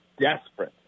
desperate